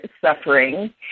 suffering